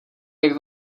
jak